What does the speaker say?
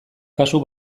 kasu